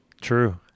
True